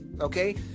okay